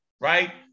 right